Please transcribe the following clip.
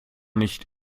nicht